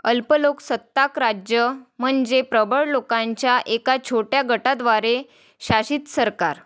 अल्पलोकसत्ताक राज्य म्हणजे प्रबळ लोकांच्या एका छोट्या गटाद्वारे शासित सरकार